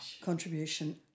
contribution